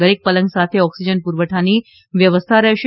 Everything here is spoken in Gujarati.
દરેક પલંગ સાથે ઓક્સિજન પુરવઠાની વ્યવસ્થા રહેશે